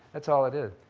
that's all it is.